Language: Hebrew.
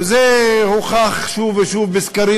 וזה הוכח שוב ושוב בסקרים,